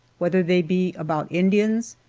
whether they be about indians,